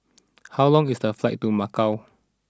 how long is the flight to Macau